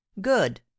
good